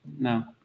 No